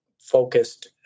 focused